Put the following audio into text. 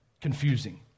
confusing